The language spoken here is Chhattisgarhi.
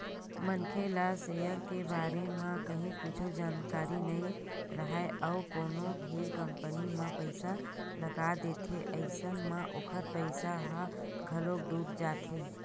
मनखे ला सेयर के बारे म काहि कुछु जानकारी नइ राहय अउ कोनो भी कंपनी म पइसा लगा देथे अइसन म ओखर पइसा ह घलोक डूब जाथे